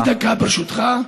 חצי דקה, ברשותך.